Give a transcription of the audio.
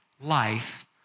life